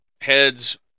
heads